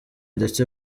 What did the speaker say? ndetse